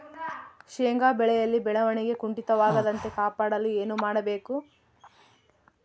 ಶೇಂಗಾ ಬೆಳೆಯಲ್ಲಿ ಬೆಳವಣಿಗೆ ಕುಂಠಿತವಾಗದಂತೆ ಕಾಪಾಡಲು ಏನು ಮಾಡಬೇಕು?